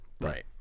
right